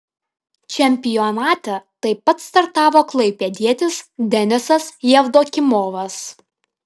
čempionate taip pat startavo klaipėdietis denisas jevdokimovas